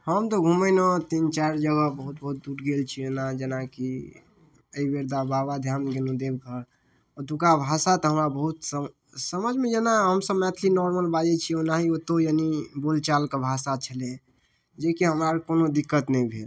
हम तऽ घुमैलए तीन चारि जगह बहुत बहुत दूर गेल छी एना जेनाकि एहिबेर बाबाधाम गेलहुँ देवघर ओतुका भाषा तऽ हमरा बहुत समझिमे जेना हमसब मैथिली नॉर्मल बाजै छी ओनाहि ओतहु यानि बोलचालके भाषा छलै जेकि हमरा आओरके कोनो दिक्कत नहि भेल